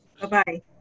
Bye-bye